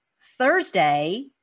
Thursday